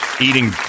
eating